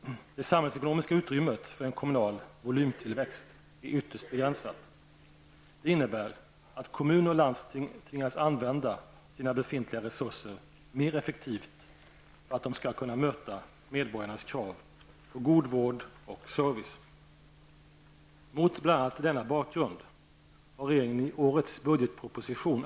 Det samhällsekonomiska utrymmet för en kommunal volymtillväxt är ytterst begränsat. Det innebär att kommuner och landsting tvingas använda sina befintliga resurser mer effektivt för att de skall kunna möta medborgarnas krav på god vård och service. Mot bl.a. den bakgrunden har regeringen i årets budgetproposition (prop. 1990/91:100, bil.